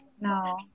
no